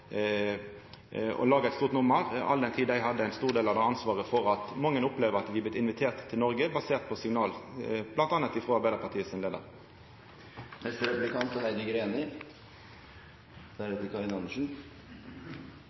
å laga eit stort nummer, all den tid dei har ein stor del av ansvaret for at mange opplever at dei har vorte inviterte til Noreg, basert på signal bl.a. frå Arbeidarpartiet sin leiar. Regjeringens tiltakspakke for å motvirke arbeidsledighet har stort sett kommet bort i budsjettprosessen. På kommunalkomiteens område er